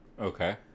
okay